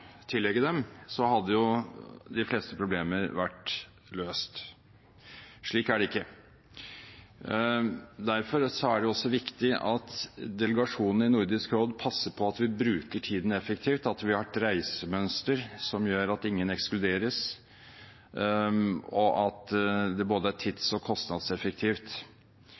tillegge dem, hadde jo de fleste problemer vært løst. Slik er det ikke. Derfor er det også viktig at delegasjonen i Nordisk råd passer på at vi bruker tiden effektivt, at vi har et reisemønster som gjør at ingen ekskluderes, og at det er både tids- og kostnadseffektivt.